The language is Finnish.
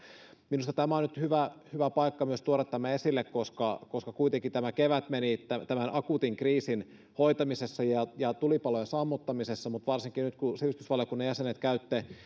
minusta tämä on nyt hyvä hyvä paikka myös tuoda tämä esille koska koska kuitenkin tämä kevät meni tämän akuutin kriisin hoitamisessa ja ja tulipalojen sammuttamisessa mutta varsinkin nyt kun te sivistysvaliokunnan jäsenet käytte